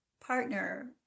partner